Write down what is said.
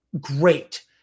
great